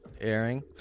airing